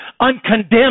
uncondemned